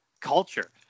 culture